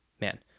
Man